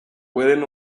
pueden